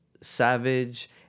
Savage